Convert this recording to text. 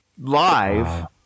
live